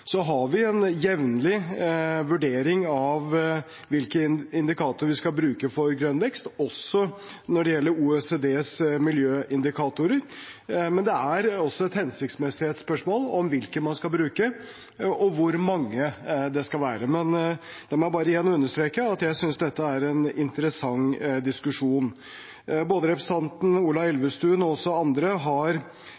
Så har vi en jevnlig vurdering av hvilke indikatorer vi skal bruke for grønn vekst, også når det gjelder OECDs miljøindikatorer, men det er også et hensiktsmessighetsspørsmål om hvilke man skal bruke, og hvor mange det skal være. Men la meg bare igjen understreke at jeg synes dette er en interessant diskusjon. Både representanten Ola